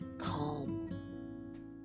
calm